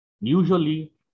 Usually